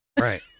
Right